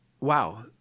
wow